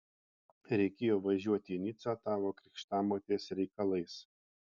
reikėjo važiuoti į nicą tavo krikštamotės reikalais